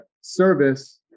service